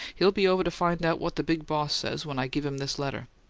he'll be over to find out what the big boss says when i give him this letter.